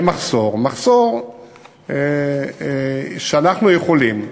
מחסור שאנחנו יכולים,